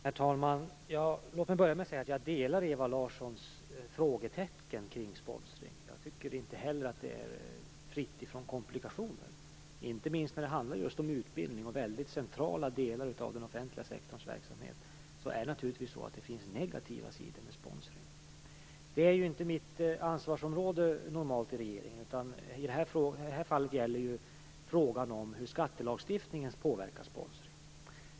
Herr talman! Låt mig börja med att säga att jag delar Ewa Larssons uppfattning om frågetecknen kring sponsring. Jag tycker inte heller att det är fritt från komplikationer. Det finns naturligtvis negativa sidor med sponsring - inte minst när det handlar om just utbildning och andra väldigt centrala delar av den offentliga sektorns verksamhet. Det här är ju inte mitt normala ansvarsområde i regeringen. I det här fallet gäller det frågan om hur skattelagstiftningen skall påverka sponsringen.